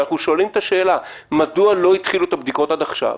ושאלנו את השאלה: מדוע לא התחילו את הבדיקות עד עכשיו?